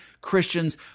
Christians